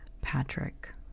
Patrick